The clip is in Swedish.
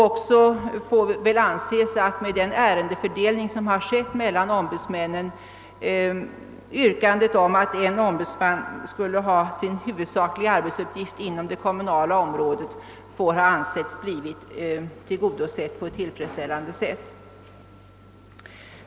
Det får väl anses att med den ärendefördelning utskottet föreslagit yrkandet om att en ombudsman skulle ha sin huvudsakliga arbetsuppgift inom det kommunala området blivit tillgodosett på ett tillfredsställande sätt.